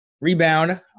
rebound